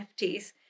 NFTs